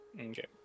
okay